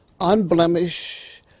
unblemished